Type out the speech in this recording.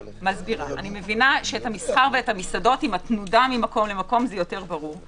אני מבינה שהמסחר והמסעדות עם התנודה ממקום למקום זה יותר ברור.